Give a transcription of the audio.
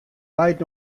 leit